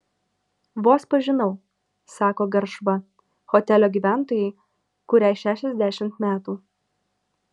vos pažinau sako garšva hotelio gyventojai kuriai šešiasdešimt metų